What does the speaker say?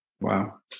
Wow